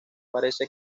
parece